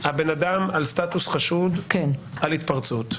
הבן אדם נמצא בסטטוס חשוד על התפרצות.